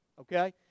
okay